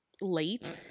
late